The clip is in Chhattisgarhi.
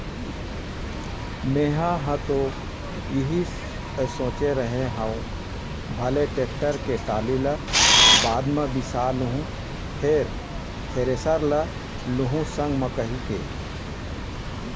मेंहा ह तो इही सोचे रेहे हँव भले टेक्टर के टाली ल बाद म बिसा लुहूँ फेर थेरेसर ल लुहू संग म कहिके